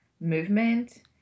movement